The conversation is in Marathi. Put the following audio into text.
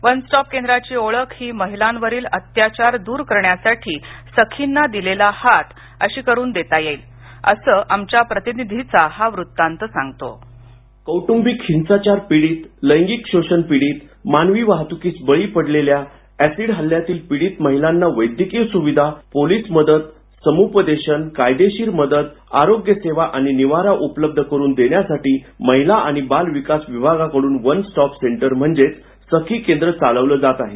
वन स्टॉप केंद्राची ओळख ही महिलांवरील अत्याचार दूर करण्यासाठी सखींना दिलेला हात अशी करून देता येईल असं आमच्या प्रतिनिधिचा हा वृत्तांत सांगतो कौट्बिक हिंसाचार पीडित लैगिंक शोषण पीडित मानवी वाहतुकीस बळी पडलेल्या ऍसिड हल्ल्यातील पीडित महिलांना वैद्यकीय सुविधा पोलीस मदत समूपदेशन कायदेशीर मदत आरोग्य सेवा आणि निवारा उपलब्ध करून देण्यासाठी महिला आणि बालविकास विभागाकडून वन स्टॉप सेन्टर म्हणजेच सखी केंद्र चालवलं जात आहे